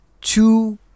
two